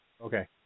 okay